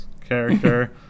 character